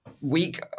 week